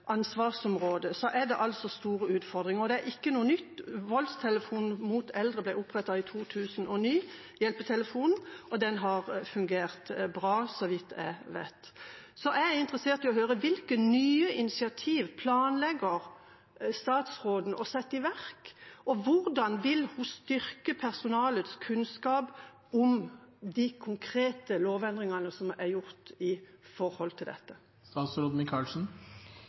ikke noe nytt. Hjelpetelefonen «Vern for eldre» ble opprettet i 2009, og den har fungert bra, så vidt jeg vet. Jeg er interessert i å høre: Hvilke nye initiativ planlegger statsråden å sette i verk, og hvordan vil hun styrke personalets kunnskap om de konkrete lovendringene som er gjort når det gjelder dette?